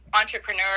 entrepreneur